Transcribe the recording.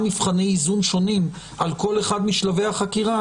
מבחני איזון שונים על כל אחד משלבי החקירה,